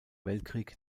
weltkrieg